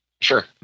sure